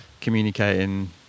communicating